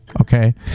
okay